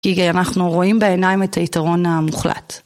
גיגי, אנחנו רואים בעיניים את היתרון המוחלט.